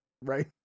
right